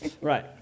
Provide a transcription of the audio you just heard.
Right